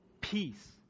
Peace